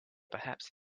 perhaps